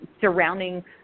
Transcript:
surrounding